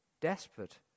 desperate